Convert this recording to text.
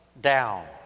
down